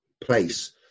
place